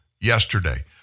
yesterday